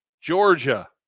Georgia